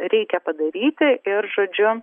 reikia padaryti ir žodžiu